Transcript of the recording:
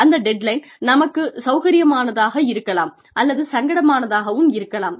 அந்த deadline நமக்கு சௌகரியமாக இருக்கலாம் அல்லது சங்கடமாகவும் இருக்கலாம்